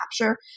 capture